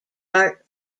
dart